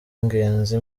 ngenzi